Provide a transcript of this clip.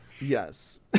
yes